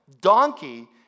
donkey